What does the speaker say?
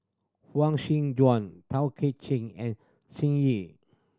Huang Joan Tay Kay Chin and Shen Yi